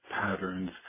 patterns